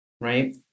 right